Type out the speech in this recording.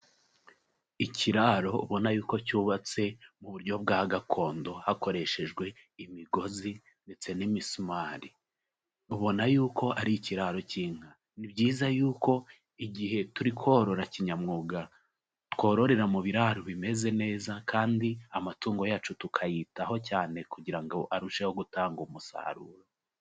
Ikiraro ubona yuko cyubatse mu buryo bwa gakondo hakoreshejwe imigozi ndetse n'imisumari, ubona yuko ari ikiraro cy'inka. Ni byiza yuko igihe turi korora kinyamwuga twororera mu biraro bimeze neza kandi amatungo yacu tukayitaho cyane kugira ngo arusheho gutanga umusaruro.